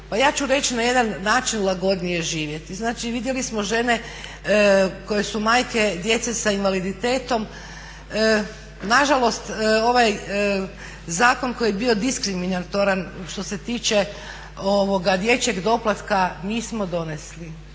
pa ja ću reći na jedan način, lagodnije živjeti. Znači vidjeli smo žene koje su majke djece sa invaliditetom, nažalost ovaj zakon koji je dio diskriminatoran što se tiče dječjeg doplatka mi smo donesli